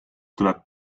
tuleb